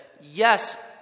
yes